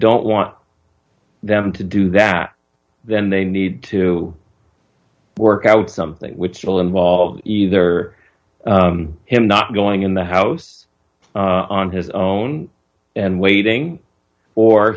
don't want them to do that then they need to work out something which will involve either him not going in the house on his own and waiting for